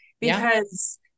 because-